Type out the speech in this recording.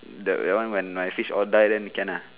the that one when my fish all die then can lah